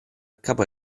capo